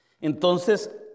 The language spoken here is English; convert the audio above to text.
Entonces